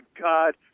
God